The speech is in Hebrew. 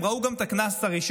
הם ראו גם את הקנס הראשון,